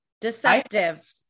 Deceptive